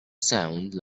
sounds